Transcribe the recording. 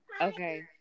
Okay